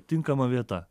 tinkama vieta